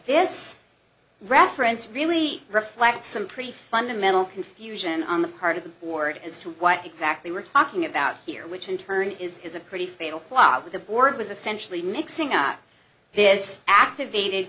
this reference really reflects some pretty fundamental confusion on the part of the board as to what exactly we're talking about here which in turn is a pretty fatal flaw with the board was essentially mixing up this activated